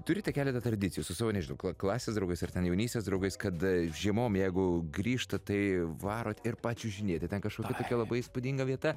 turite keletą tradicijų su savo nežinau klasės draugais ar ten jaunystės draugais kad žiemom jeigu grįžtat tai varot ir pačiuožinėti ten kažkokia tokia labai įspūdinga vieta